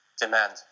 demand